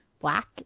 black